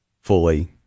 fully